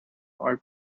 are